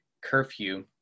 curfew